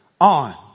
on